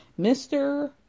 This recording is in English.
Mr